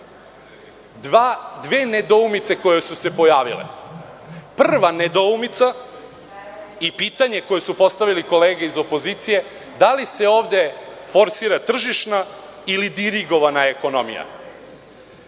Dve nedoumice su se pojavile. Prva nedoumica i pitanje koje su postavile kolege iz opozicije – da li se ovde forsira tržišna ili dirigovana ekonomija? Ono